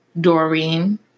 Doreen